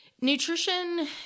Nutrition